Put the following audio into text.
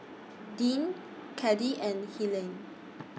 Dean Caddie and Helaine